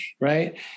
Right